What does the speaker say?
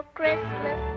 Christmas